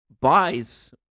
buys